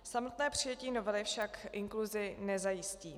Samotné přijetí novely však inkluzi nezajistí.